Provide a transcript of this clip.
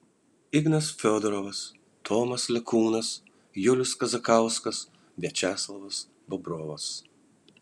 ignas fiodorovas tomas lekūnas julius kazakauskas viačeslavas bobrovas